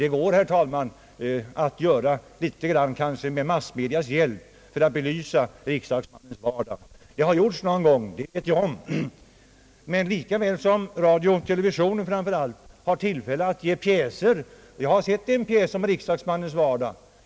Det går, herr talman, kanske att med massmedias hjälp göra något för att belysa riksdagsmannens vardag. Det har gjorts någon gång, det vet jag om. Jag har sett en pjäs om riksdagsmannens vardag.